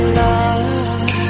love